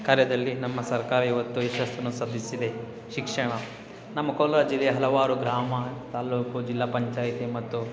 ಕಾರ್ಯದಲ್ಲಿ ನಮ್ಮ ಸರ್ಕಾರ ಇವತ್ತು ಯಶಸ್ಸನ್ನು ಸಲ್ಲಿಸಿದೆ ಶಿಕ್ಷಣ ನಮ್ಮ ಕೋಲಾರ ಜಿಲ್ಲೆಯ ಹಲವಾರು ಗ್ರಾಮ ತಾಲ್ಲೂಕು ಜಿಲ್ಲ ಪಂಚಾಯಿತಿ ಮತ್ತು